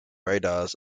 radars